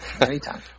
Anytime